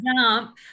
jump